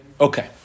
okay